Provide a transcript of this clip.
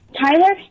Tyler